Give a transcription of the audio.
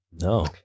no